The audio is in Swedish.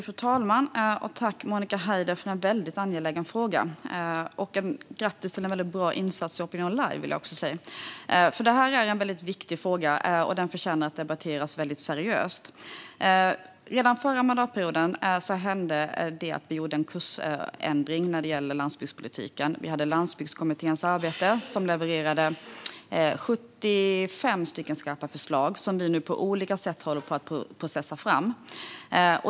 Fru talman! Tack, Monica Haider, för en väldigt angelägen fråga, och grattis till en bra insats i Opinion live ! Detta är en viktig fråga som förtjänar att debatteras seriöst. Redan förra mandatperioden gjorde vi en kursändring när det gäller landsbygdspolitiken. Landsbygdskommitténs arbete ledde till 75 skarpa förslag, som vi nu på olika sätt håller på att processa fram.